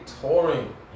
touring